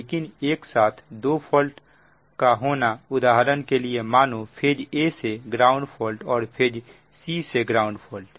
लेकिन एक साथ दो फॉल्ट का होना उदाहरण के लिए मानो फेज a से ग्राउंड फॉल्ट और फेज c से ग्राउंड फॉल्ट